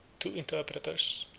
two interpreters,